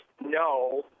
no